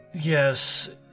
yes